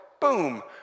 Boom